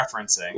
referencing